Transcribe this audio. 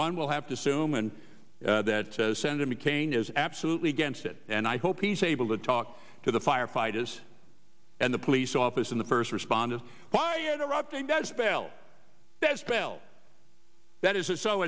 one will have to assume and that senator mccain is absolutely against it and i hope he's able to talk to the firefighters and the police office in the first responders by interrupting does fail that spell that is so